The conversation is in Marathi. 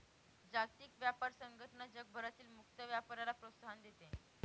जागतिक व्यापार संघटना जगभरातील मुक्त व्यापाराला प्रोत्साहन देते